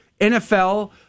NFL